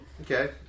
Okay